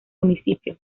municipio